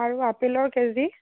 আৰু আপেলৰ কেজি